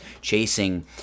chasing